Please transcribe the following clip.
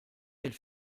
elle